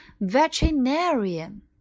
Veterinarian